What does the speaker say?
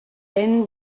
then